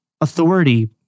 authority